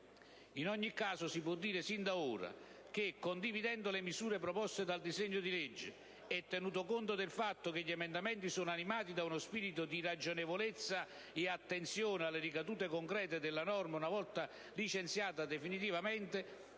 In ogni caso, si può dire sin da ora che, condividendo le misure proposte dal disegno di legge e tenuto conto del fatto che gli emendamenti sono animati da uno spirito di ragionevolezza e attenzione alle ricadute concrete della norma una volta licenziata definitivamente,